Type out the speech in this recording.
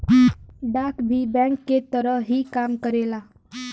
डाक भी बैंक के तरह ही काम करेला